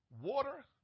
water